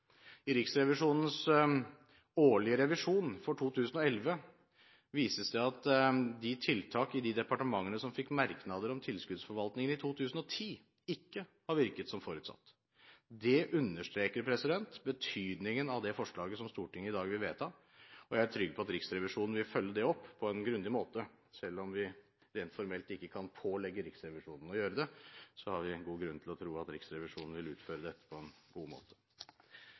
Riksrevisjonens årlige revisjon for 2011 viser at tiltakene i de departementene som fikk merknader om tilskuddsforvaltning i 2010, ikke har virket som forutsett. Det understreker betydningen av det forslaget som Stortinget i dag vil vedta, og jeg er trygg på at Riksrevisjonen vil følge det opp på en grundig måte. Selv om vi rent formelt ikke kan pålegge Riksrevisjonen å gjøre det, har vi god grunn til å tro at Riksrevisjonen vil utføre dette på en god måte.